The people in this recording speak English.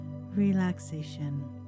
relaxation